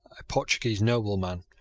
a portuguese nobleman,